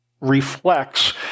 reflects